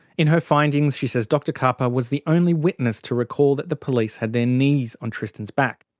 in her findings she says dr karpa was the only witness to recall that the police had their knees on tristan's back.